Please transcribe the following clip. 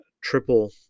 triple